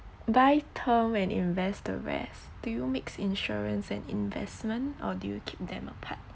buy term when invest the rest do you mix insurance and investment or do you keep them apart